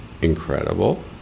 incredible